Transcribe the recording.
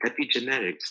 epigenetics